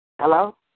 Hello